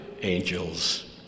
angels